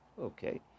Okay